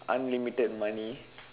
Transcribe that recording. unlimited money